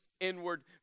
inward